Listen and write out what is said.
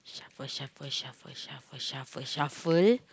so shuffle shuffle shuffle shuffle shuffle